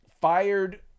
fired